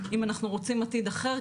אם אנחנו רוצים עתיד אחר.